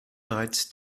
bereits